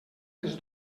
les